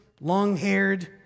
long-haired